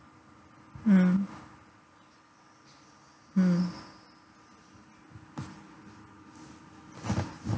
mm mm